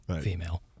female